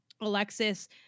Alexis